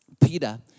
Peter